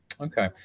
Okay